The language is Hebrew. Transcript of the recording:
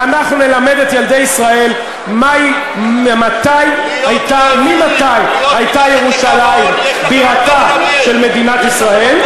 ואנחנו נלמד את ילדי ישראל ממתי הייתה ירושלים הבירה של מדינת ישראל,